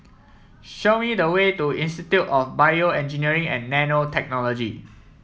show me the way to Institute of BioEngineering and Nanotechnology